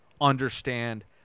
understand